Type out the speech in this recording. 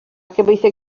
gobeithio